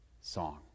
song